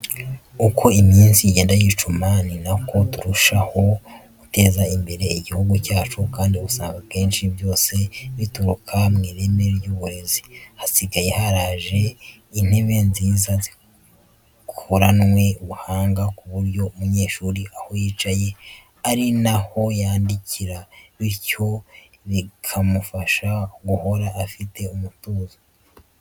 Uko iminsi igenda yicuma, ni na ko turushaho guteza imbere igihugu cyacu kandi usanga akenshi byose bituruka mu ireme ry'uburezi. Hasigaye haraje intebe nziza zikoranwe ubuhanga, ku buryo umunyeshuri aho yicaye ari na ho yandikira, bityo bikamufasha guhora afite umutuzo.